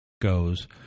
goes